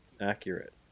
accurate